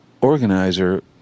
organizer